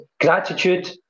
gratitude